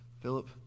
Philip